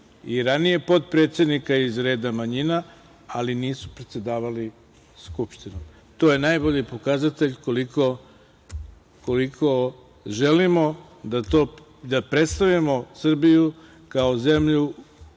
i ranije potpredsednika i reda manjina, ali nisu predsedavali Skupštinom. To je najbolji pokazatelj koliko želimo da predstavimo Srbiju, kao zemlju